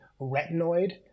retinoid